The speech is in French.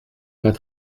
pas